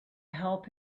help